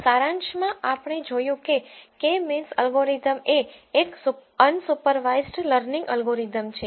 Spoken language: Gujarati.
સારાંશમાં આપણે જોયું કે k મીન્સ એલ્ગોરિધમ એ એક અનસુપરવાઇઝડ લર્નિગ એલ્ગોરિધમ છે